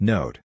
Note